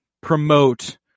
promote